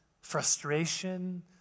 frustration